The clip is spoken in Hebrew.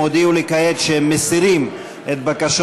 הם הודיעו לי כעת שהם מסירים את בקשות